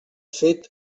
fet